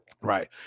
right